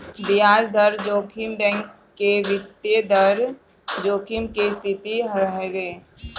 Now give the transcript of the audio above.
बियाज दर जोखिम बैंक के वित्तीय दर जोखिम के स्थिति हवे